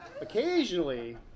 occasionally